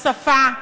השפה,